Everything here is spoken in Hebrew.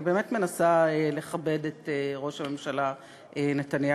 אני באמת מנסה לכבד את ראש הממשלה נתניהו,